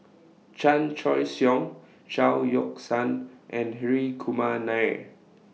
Chan Choy Siong Chao Yoke San and Hri Kumar Nair